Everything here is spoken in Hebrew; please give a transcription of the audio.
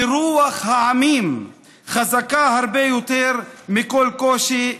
כי רוח העמים חזקה הרבה יותר מכל קושי,